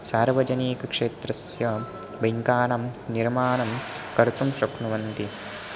सार्वजनिकक्षेत्रस्य बैङ्कानं निर्माणं कर्तुं शक्नुवन्ति